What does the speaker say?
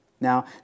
Now